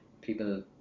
People